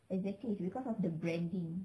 exactly it's because of the branding